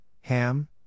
Ham